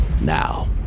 Now